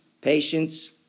patience